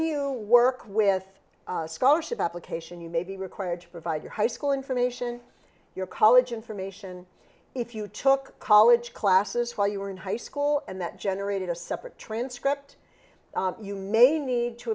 you work with scholarship application you may be required to provide your high school information your college information if you took college classes while you were in high school and that generated a separate transcript you may need to